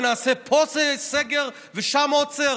ונעשה פה סגר ושם עוצר.